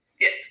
Yes